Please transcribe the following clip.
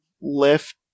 lift